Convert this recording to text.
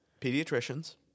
Pediatricians